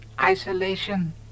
isolation